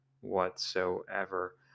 whatsoever